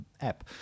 app